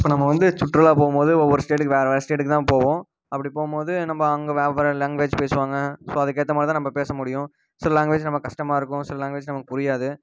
இப்போ நம்ம வந்து சுற்றுலா போகும்போது ஒவ்வொரு ஸ்டேட்டுக்கு வேறு வேறு ஸ்டேட்டுக்கு தான் போவோம் அப்படி போகும்போது நம்ம அங்கே வெவ்வேறு லாங்குவேஜ் பேசுவாங்க ஸோ அதுக்கேற்ற மாதிரிதான் நம்ம பேச முடியும் சில லாங்குவேஜ் நமக்கு கஷ்டமா இருக்கும் சில லாங்குவேஜ் நமக்கு புரியாது